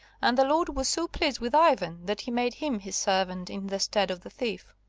and the lord was so pleased with ivan that he made him his servant in the stead of the thief.